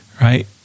right